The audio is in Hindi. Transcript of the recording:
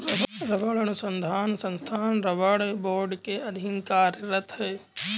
रबड़ अनुसंधान संस्थान रबड़ बोर्ड के अधीन कार्यरत है